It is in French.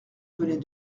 venait